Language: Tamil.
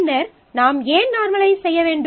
பின்னர் நாம் ஏன் நார்மலைஸ் செய்ய வேண்டும்